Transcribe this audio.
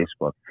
Facebook